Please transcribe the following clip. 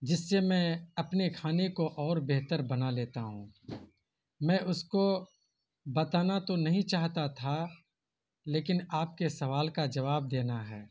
جس سے میں اپنے کھانے کو اور بہتر بنا لیتا ہوں میں اس کو بتانا تو نہیں چاہتا تھا لیکن آپ کے سوال کا جواب دینا ہے